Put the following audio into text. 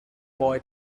boy